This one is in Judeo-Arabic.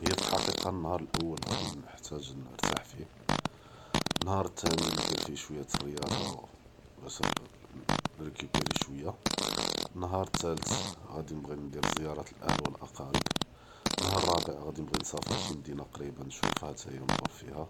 היא פאלחקיקה נהאר אלאוול געהדי נחתאג’ נרטח פיה, נהאר אלתאני נדר פיה שווייה אלריאצ’ה באש נריקיפירי שווייה, נהאר אלתאלת געהדי נבג’י נדר זיארה אלאהל ו אלאקאריב, נהאר אלרביע געהדי נבג’י נסאפר לשי מדינה נושופה חתה היא נדור פיה,